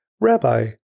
Rabbi